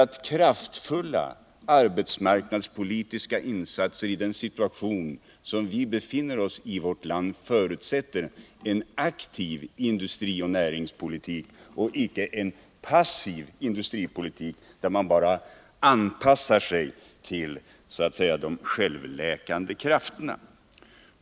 Kraftfulla arbetsmarknadspolitiska insatser i den situation som vårt land befinner sig i förutsätter en aktiv och icke en passiv industrioch näringspolitik, där man bara anpassar sig till de s.k. självläkande krafterna.